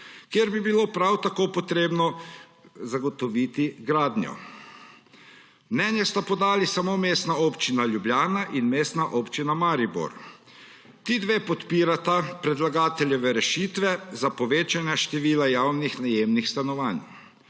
kjer bi bilo prav tako potrebno zagotoviti gradnjo. Mnenje sta podali samo Mestna občina Ljubljana in Mestna občina Maribor. Ti dve podpirata predlagateljeve rešitve za povečanje števila javnih najemnih stanovanj.